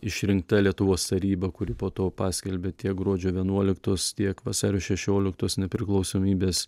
išrinkta lietuvos taryba kuri po to paskelbė tiek gruodžio vienuoliktos tiek vasario šešioliktos nepriklausomybės